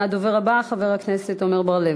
הדובר הבא, חבר הכנסת עמר בר-לב.